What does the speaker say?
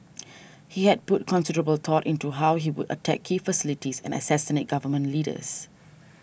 he had put considerable thought into how he would attack key facilities and assassinate Government Leaders